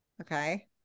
Okay